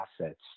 assets